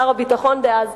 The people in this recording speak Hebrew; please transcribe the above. שר הביטחון דאז,